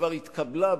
שכבר התקבלה ב-1999,